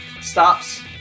stops